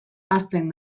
hazten